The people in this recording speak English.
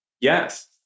Yes